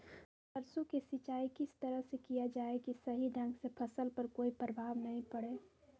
सरसों के सिंचाई किस तरह से किया रखा जाए कि सही ढंग से फसल पर कोई प्रभाव नहीं पड़े?